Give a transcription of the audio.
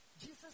Jesus